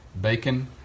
Bacon